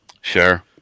Sure